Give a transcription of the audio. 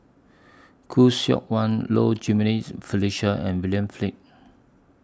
Khoo Seok Wan Low Jimenez Felicia and William Flint